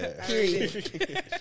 Period